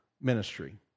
ministry